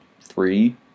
three